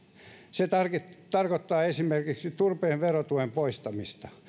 se tarkoittaa tarkoittaa esimerkiksi turpeen verotuen poistamista